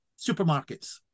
supermarkets